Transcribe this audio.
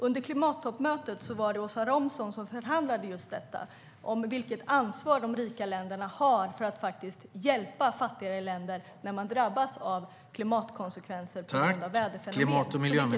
Under klimattoppmötet var det Åsa Romson som förhandlade om just detta, om vilket ansvar de rika länderna har för att hjälpa fattigare länder när de drabbas av klimatkonsekvenser på grund av väderfenomen. Vilket ansvar har vi?